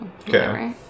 Okay